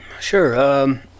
Sure